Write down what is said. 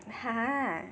!huh!